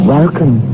Welcome